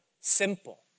simple